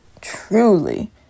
Truly